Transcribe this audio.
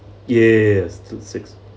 ye~ ye~ yes two six